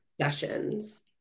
sessions